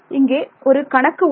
இங்கே ஒரு கணக்கு உள்ளது